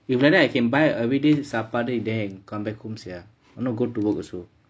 if like that I can buy everyday சாப்பாடு:saapaadu there and come back home sia if not going to work also